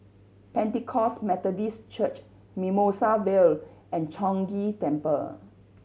Pentecost Methodist Church Mimosa Vale and Chong Ghee Temple